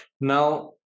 Now